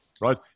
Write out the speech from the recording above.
right